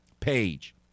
Page